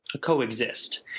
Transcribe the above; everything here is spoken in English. coexist